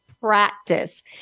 practice